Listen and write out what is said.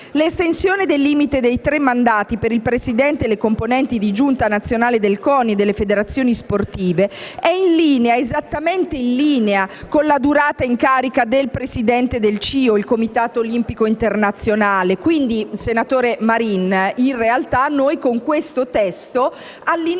L'estensione del limite dei tre mandati per il Presidente ed i componenti di giunta nazionale del CONI e delle federazioni sportive, è esattamente in linea con la durata in carica del Presidente del CIO, il Comitato olimpico internazionale. Quindi, senatore Marin, in realtà noi, con questo testo, allineiamo